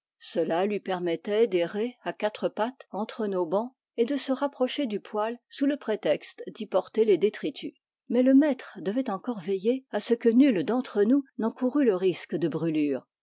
cela lui permettait d'errer à quatre pattes entre nos bancs et de se rapprocher du poêle sous le prétexte d'y porter les détritus mais le maître devait encore veiller à ce que nul d'entre nous n'encourût le risque de brûlures